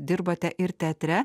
dirbate ir teatre